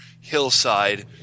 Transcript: hillside